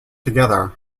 together